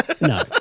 No